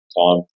time